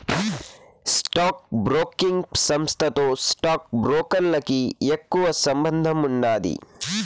stock broking సంస్థతో stock బ్రోకర్లకి ఎక్కువ సంబందముండాది